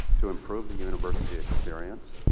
to improve the university experience,